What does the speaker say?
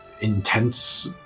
intense